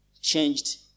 changed